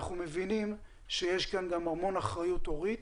אנחנו מבינים שיש כאן המון אחריות הורית.